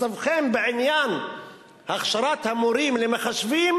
מצבכם בעניין הכשרת המורים למחשבים